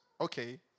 okay